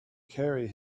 carry